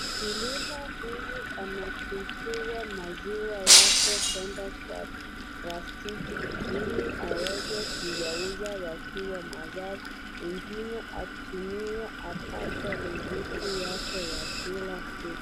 Mkulima huyu anachuchuka maziwa yake kwenda kwa plastiki, ili aweze kuyauza yakiwa masafi. Ingine atumie apate riziki yake ya kila siku.